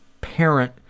parent